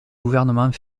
gouvernement